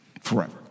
Forever